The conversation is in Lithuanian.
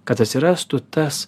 kad atsirastų tas